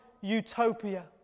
utopia